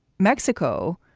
mexico,